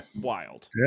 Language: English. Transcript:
Wild